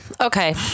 Okay